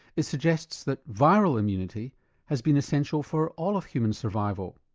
it suggests that viral immunity has been essential for all of human survival.